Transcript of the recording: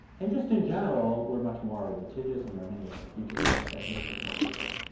and just in general, we're much more litigious, and there are many other features, i think, that make this more dangerous.